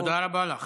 תודה רבה לך.